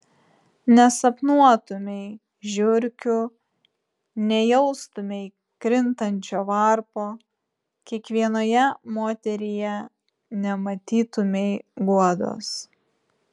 nesapnuotumei žiurkių nejaustumei krintančio varpo kiekvienoje moteryje nematytumei guodos